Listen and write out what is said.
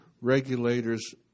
regulators